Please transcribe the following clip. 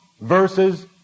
verses